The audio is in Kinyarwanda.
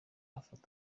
afate